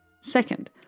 Second